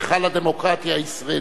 היכל הדמוקרטיה הישראלי.